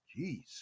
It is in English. Jeez